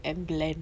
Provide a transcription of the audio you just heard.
and blend